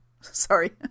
Sorry